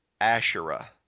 Asherah